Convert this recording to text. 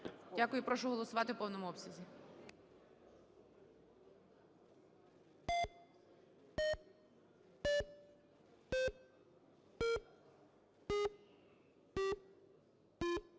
Дякую. Прошу голосувати в повному обсязі.